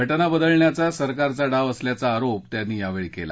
घटना बदलण्याचा सरकारचा डाव असल्याचा आरोप त्यांनी यावेळी केला